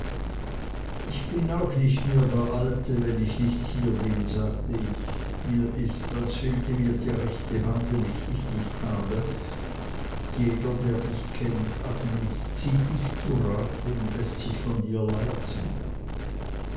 ich bin auch nicht mehr der alte wenn ich nicht hier bin sagte ich mir ist als fehlte mir die rechte hand wenn ich dich nicht habe jeder der dich kennt agnes zieht dich zu rate und läßt sich von dir leiten